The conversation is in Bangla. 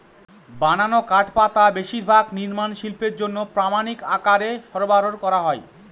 বানানো কাঠপাটা বেশিরভাগ নির্মাণ শিল্পের জন্য প্রামানিক আকারে সরবরাহ করা হয়